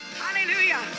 Hallelujah